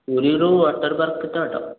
ପୁରୀରୁ water park କେତେ ବାଟ